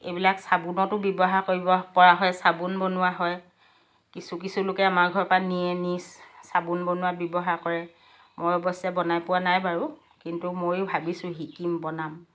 এইবিলাক চাবোনতো ব্যৱহাৰ কৰিব পৰা হয় চাবোন বনোৱা হয় কিছু কিছু লোকে আমাৰ ঘৰৰ পৰা নিয়ে নি চাবোন বনোৱাত ব্যৱহাৰ কৰে মই অৱশ্যে বনাই পোৱা নাই বাৰু কিন্তু ময়ো ভাবিছোঁ শিকিম বনাম